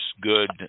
good